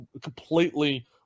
completely